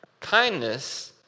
Kindness